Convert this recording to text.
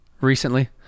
recently